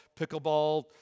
pickleball